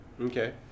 Okay